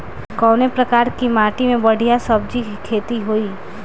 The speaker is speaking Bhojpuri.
कवने प्रकार की माटी में बढ़िया सब्जी खेती हुई?